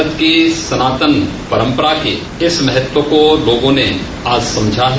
भारत की सनातन परम्परा के इस महत्व को लोगों ने आज समझाा है